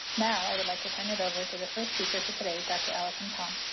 now, i would like to turn it over to the first speaker for today, dr. allison tong.